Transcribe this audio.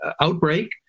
outbreak